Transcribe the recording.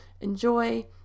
enjoy